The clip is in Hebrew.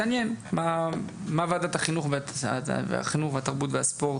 והתעניין מה ועדת החינוך והתרבות והספורט,